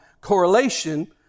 correlation